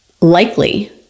Likely